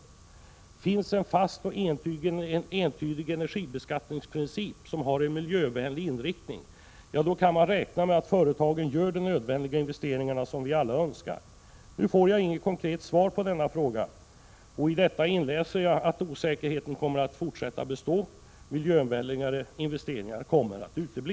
Om det finns en fast och entydig energibeskattningsprincip som har en miljövänlig inriktning kan man räkna med att företagen gör de nödvändiga investeringar som alla önskar. Jag får inget konkret svar på denna fråga, och i detta inläser jag att osäkerheten kommer att bestå och att miljövänligare investeringar kommer att utebli.